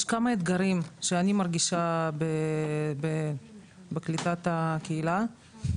יש כמה אתגרים שאני מרגישה בקליטת הקהילה.